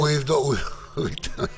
בסדר, הוא יבדוק וייתן לך.